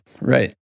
Right